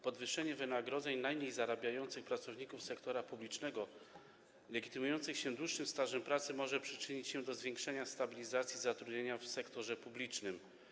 Podwyższenie wynagrodzeń najmniej zarabiających pracowników sektora publicznego, legitymujących się dłuższym stażem pracy, może przyczynić się do zwiększenia stabilizacji zatrudnienia w sektorze publicznym.